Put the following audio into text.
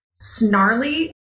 Snarly